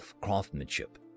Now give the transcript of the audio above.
craftsmanship